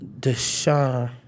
Deshaun—